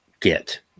get